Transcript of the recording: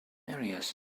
areas